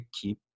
keep